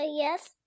Yes